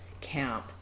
camp